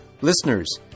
Listeners